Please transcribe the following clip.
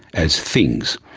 as things.